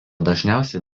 dažniausiai